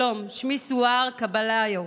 שלום, שמי סואר קבלאוי,